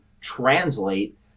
translate